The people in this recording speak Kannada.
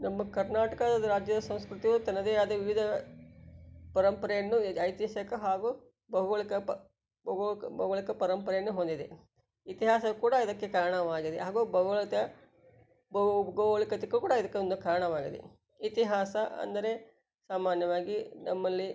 ನಮ್ಮ ಕರ್ನಾಟಕದ ರಾಜ್ಯ ಸಂಸ್ಕೃತಿಯು ತನ್ನದೇ ಆದ ವಿವಿಧ ಪರಂಪರೆಯನ್ನು ಐತಿಹಾಸಿಕ ಹಾಗೂ ಭೌಗೋಳಿಕ ಪ ಭೌಗೋಳಿಕ ಭೌಗೋಳಿಕ ಪರಂಪರೆಯನ್ನು ಹೊಂದಿದೆ ಇತಿಹಾಸ ಕೂಡ ಇದಕ್ಕೆ ಕಾರಣವಾಗಿದೆ ಹಾಗೂ ಭೌಗೋಳಿಕತೆಯ ಭೌಗೋಳಿಕತಿಕ ಕೂಡ ಇದಕ್ಕೆ ಒಂದು ಕಾರಣವಾಗಿದೆ ಇತಿಹಾಸ ಅಂದರೆ ಸಾಮಾನ್ಯವಾಗಿ ನಮ್ಮಲ್ಲಿ